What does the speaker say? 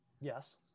Yes